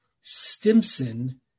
Stimson